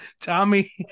Tommy